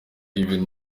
given